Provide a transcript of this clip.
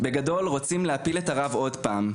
בגדול רוצים להפיל את הרב עוד פעם.